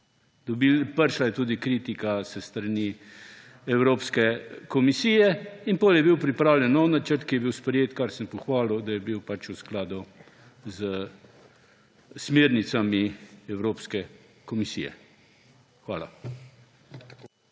Prišla je tudi kritika s strani Evropske komisije. Potem je bil pripravljen nov načrt, ki je bil sprejet, kar sem pohvalil, da je bil pač v skladu s smernicami Evropske komisije. Hvala.